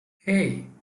hey